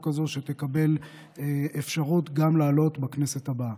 הזאת כדי שתקבל אפשרות גם לעלות בכנסת הבאה.